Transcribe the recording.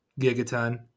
Gigaton